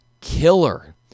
killer